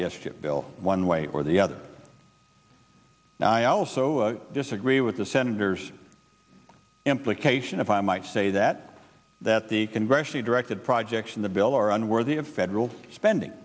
the s chip bill one way or the other and i also disagree with the senator's implication if i might say that that the congressionally directed projects in the bill are unworthy of federal spending